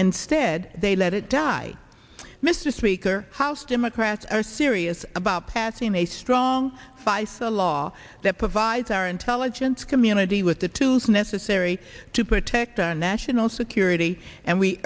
instead they let it die mr speaker house democrats are serious about passing a strong fice a law that provides our intelligence community with the tools necessary to protect our national security and we